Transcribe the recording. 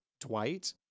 Dwight